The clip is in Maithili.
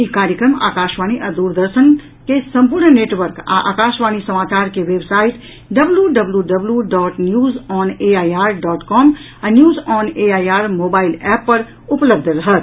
ई कार्यक्रम आकाशवाणी आ द्ररदर्शनक सम्पूर्ण नेटवर्क आ आकाशवाणी समाचार के website W W W dot news on AIR dot com आ news on AIR mobile app पर उपलब्ध रहत